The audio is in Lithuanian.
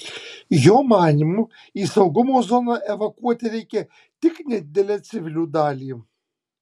jo manymu į saugumo zoną evakuoti reikia tik nedidelę civilių dalį